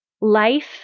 Life